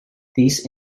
these